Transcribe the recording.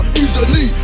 easily